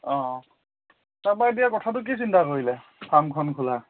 অ তাৰপা এতিয়া কথাটো কি চিন্তা কৰিলে ফাৰ্মখন খোলা